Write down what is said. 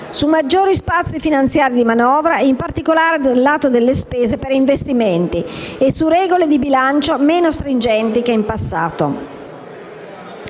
su maggiori spazi finanziari di manovra, in particolare dal lato delle spese per investimenti, e su regole di bilancio meno stringenti che in passato.